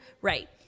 Right